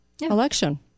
election